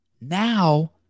now